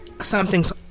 something's